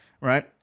Right